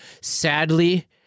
sadly